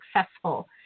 successful